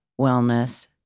wellness